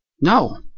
No